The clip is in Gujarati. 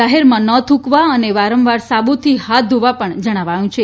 જાહેરમાં ન થ્રૂંકવા અને વારંવાર સાબુથી હાથ ધોવા જણાવાયું છે